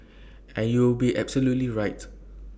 and you would be absolutely right